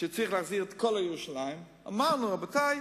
שצריך להחזיר את כל ירושלים, אמרנו: רבותי,